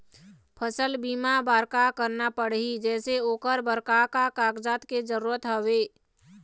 फसल बीमा बार का करना पड़ही जैसे ओकर बर का का कागजात के जरूरत हवे?